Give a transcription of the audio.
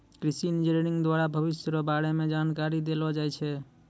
कृषि इंजीनियरिंग द्वारा भविष्य रो बारे मे जानकारी देलो जाय छै